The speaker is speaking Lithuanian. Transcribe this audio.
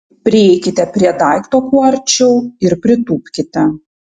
prieikite prie daikto kuo arčiau ir pritūpkite